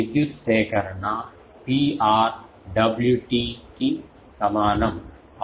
విద్యుత్ సేకరణ Pr Wt కి సమానం అవుతుంది